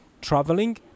traveling